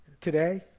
today